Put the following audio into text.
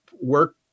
work